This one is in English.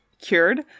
cured